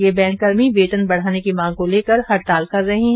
ये बैंक कर्मी वेतन बढ़ाने की मांग को लेकर हड़ताल कर रहे है